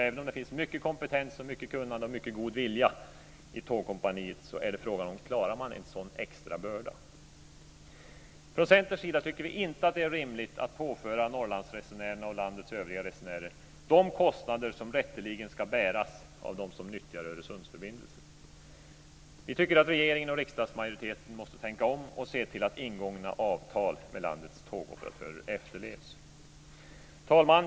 Även om det finns mycket kompetens, mycket kunnande och mycket god vilja i Tågkompaniet är frågan: Klarar man en sådan extra börda? Från Centerns sida tycker vi inte att det är rimligt att påföra Norrlandsresenärerna och landets övriga resenärer de kostnader som rätteligen ska bäras av dem som nyttjar Öresundsförbindelsen. Vi tycker att regeringen och riksdagsmajoriteten måste tänka om och se till att ingångna avtal med landets tågoperatörer efterlevs. Fru talman!